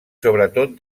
sobretot